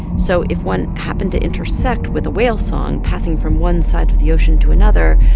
so if one happened to intersect with a whale song passing from one side of the ocean to another,